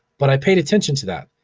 but i paid attention to that.